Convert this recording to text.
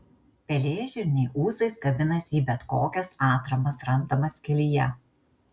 pelėžirniai ūsais kabinasi į bet kokias atramas randamas kelyje